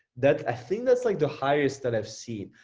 that think that's like the highest that i've seen.